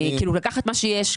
לקחת מה שיש,